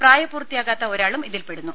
പ്രായപൂർത്തിയാകാത്ത ഒരാളും ഇതിൽപെടുന്നു